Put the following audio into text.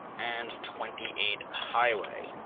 and twenty eight highway.